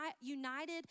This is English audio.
united